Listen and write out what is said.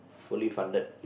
fully funded